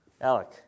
Alec